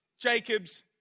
Jacob's